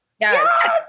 Yes